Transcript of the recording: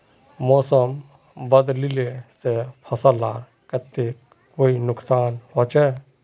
मौसम बदलिले से फसल लार केते कोई नुकसान होचए?